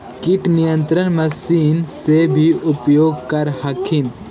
किट नियन्त्रण मशिन से भी उपयोग कर हखिन?